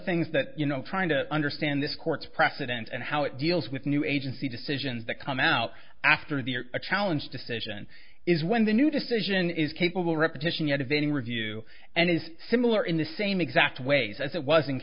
things that you know trying to understand this court's precedents and how it deals with new agency decisions that come out after the year a challenge decision is when the new decision is capable repetition yet of any review and is similar in the same exact ways as it was